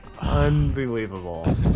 unbelievable